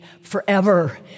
forever